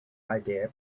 idea